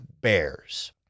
Bears